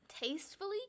tastefully